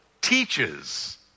teaches